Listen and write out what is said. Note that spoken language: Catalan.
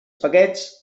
paquets